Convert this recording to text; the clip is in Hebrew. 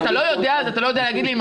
אתה לא יודע, אז אתה לא יודע להגיד לי אם